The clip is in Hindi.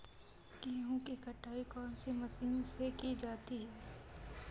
गेहूँ की कटाई कौनसी मशीन से की जाती है?